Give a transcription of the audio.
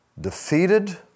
defeated